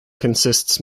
consists